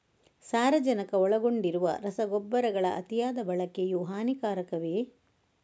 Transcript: ಸಾರಜನಕ ಒಳಗೊಂಡಿರುವ ರಸಗೊಬ್ಬರಗಳ ಅತಿಯಾದ ಬಳಕೆಯು ಹಾನಿಕಾರಕವೇ?